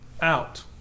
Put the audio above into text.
out